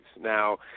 Now